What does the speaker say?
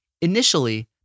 Initially